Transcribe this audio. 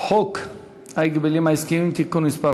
חוק ההגבלים העסקיים (תיקון מס'